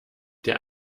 der